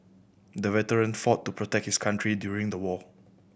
the veteran fought to protect his country during the war